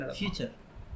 future